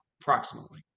approximately